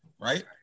right